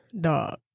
Dog